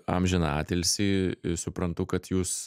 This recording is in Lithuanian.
amžiną atilsį suprantu kad jūs